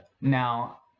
Now